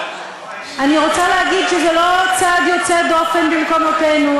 אני רוצה להגיד שזה לא צעד יוצא דופן במקומותינו,